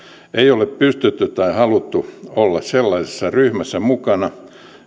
ole pystytty tai haluttu olla sellaisessa ryhmässä mukana